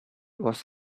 was